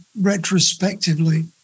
retrospectively